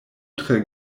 tre